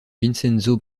vincenzo